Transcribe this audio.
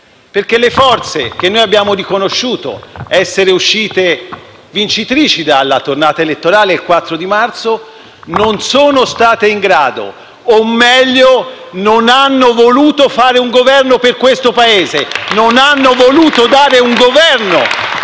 perché le forze che noi abbiamo riconosciuto essere uscite vincitrici dalla tornata elettorale il 4 marzo non sono state in grado o, meglio, non hanno voluto fare un Governo per questo Paese! Non hanno voluto dare un Governo